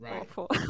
awful